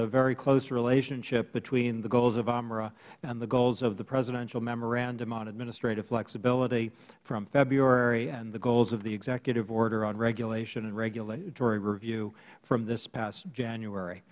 the very close relationship between the goals of umra and the goals of the presidential memorandum on administrative flexibility from february and the goals of the executive order on regulation and regulatory review from this past january